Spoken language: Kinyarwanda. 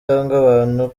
abantu